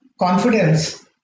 confidence